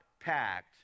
packed